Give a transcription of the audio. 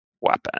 weapon